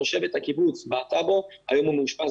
תושבת הקיבוץ בעטה בו והיום הוא מאושפז